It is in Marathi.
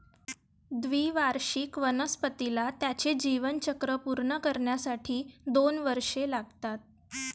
द्विवार्षिक वनस्पतीला त्याचे जीवनचक्र पूर्ण करण्यासाठी दोन वर्षे लागतात